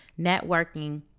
networking